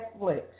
Netflix